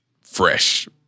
fresh